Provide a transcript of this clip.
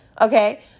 Okay